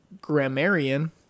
Grammarian